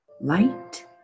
light